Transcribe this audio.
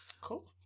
Cool